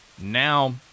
now